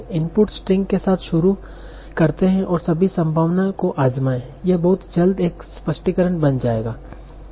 input strings के साथ शुरू करते हैं और सभी संभावना को आज़माएं यह बहुत जल्द एक स्पष्टीकरण बन जाएगा